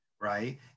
right